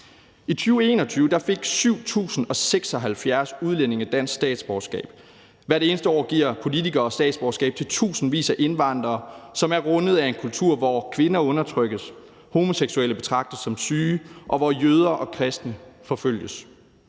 I 2021 fik 7.076 udlændinge dansk statsborgerskab. Hvert eneste år giver politikere statsborgerskab til tusindvis af indvandrere, som er rundet af en kultur, hvor kvinder undertrykkes, homoseksuelle betragtes som syge, og hvor jøder og kristne forfølges.